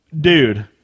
Dude